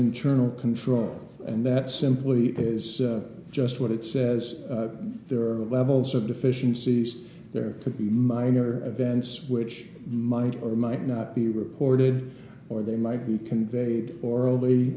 internal controls and that simply is just what it says there are levels of deficiencies there could be minor events which might or might not be reported or they might be conveyed orally